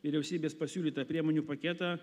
vyriausybės pasiūlytą priemonių paketą